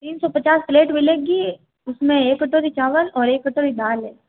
तीन सौ पचास प्लेट मिलेगी उसमें एक कटोरी चावल और एक कटोरी दाल है